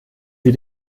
sie